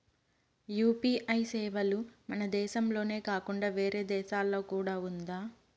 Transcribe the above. UPI సేవలు మన దేశం దేశంలోనే కాకుండా వేరే దేశాల్లో కూడా ఉందా?